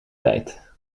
tijd